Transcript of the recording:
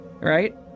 right